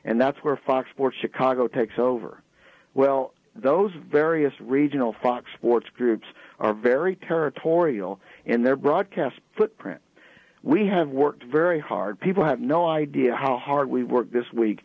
and that's where fox sports chicago takes over well those various regional fox sports groups are very territorial and their broadcast footprint we have worked very hard people have no idea how hard we work this week